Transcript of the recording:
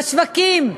בשווקים,